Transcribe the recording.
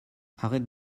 arrête